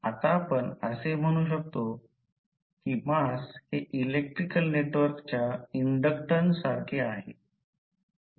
आता आपण असेही म्हणू शकतो की मास हे इलेक्ट्रिकल नेटवर्कच्या इंडक्टन्स सारखे आहे